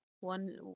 One